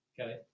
Okay